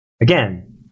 Again